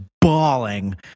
bawling